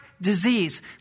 disease